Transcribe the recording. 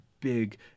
big